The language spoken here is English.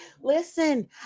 Listen